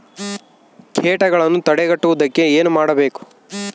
ಕೇಟಗಳನ್ನು ತಡೆಗಟ್ಟುವುದಕ್ಕೆ ಏನು ಮಾಡಬೇಕು?